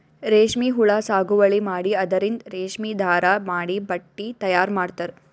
ರೇಶ್ಮಿ ಹುಳಾ ಸಾಗುವಳಿ ಮಾಡಿ ಅದರಿಂದ್ ರೇಶ್ಮಿ ದಾರಾ ಮಾಡಿ ಬಟ್ಟಿ ತಯಾರ್ ಮಾಡ್ತರ್